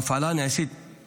כשההפעלה היא פנים-קופתית.